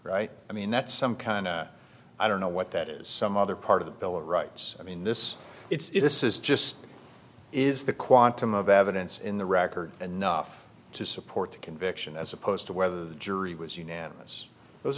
right i mean that's some kind of i don't know what that is some other part of the bill of rights i mean this it's this is just is the quantum of evidence in the record enough to support a conviction as opposed to whether the jury was unanimous those